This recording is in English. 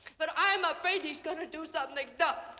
but i'm afraid he's going to do something dumb!